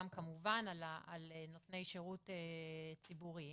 גם כמובן על נותני שירות ציבוריים